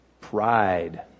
Pride